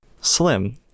Slim